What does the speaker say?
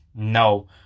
No